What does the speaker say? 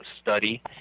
study